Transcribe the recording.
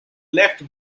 left